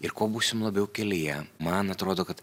ir kuo būsim labiau kelyje man atrodo kad